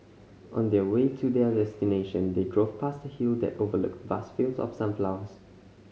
on their way to their destination they drove past a hill that overlooked vast fields of sunflowers